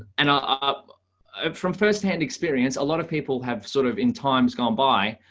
and um ah ah from firsthand experience, a lot of people have sort of in times gone by,